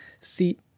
seat